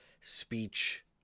speech